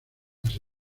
las